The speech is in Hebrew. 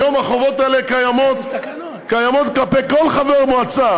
היום החובות האלה קיימות כלפי כל חבר מועצה.